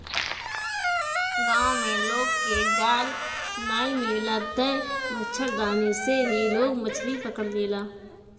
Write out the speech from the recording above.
गांव में लोग के जाल नाइ मिलेला तअ मछरदानी से ही लोग मछरी पकड़ लेला